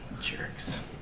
jerks